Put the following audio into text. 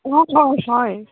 অঁ অঁ হয়